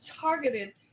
targeted